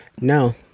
No